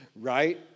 Right